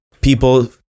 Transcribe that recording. people